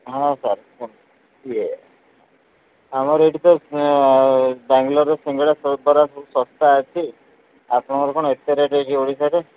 ହଁ ସାର୍ କୁହ କିଏ ଆମର ଏଇଠି ତ ବାଙ୍ଗଲୋରରେ ସିଙ୍ଗଡ଼ା ବେପାର ସବୁ ଶସ୍ତା ଅଛି ଆପଣଙ୍କର କ'ଣ ଏତେ ରେଟ୍ ଅଛି ଓଡ଼ିଶାରେ